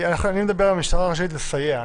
אני מדבר על "המשטרה רשאית לסייע",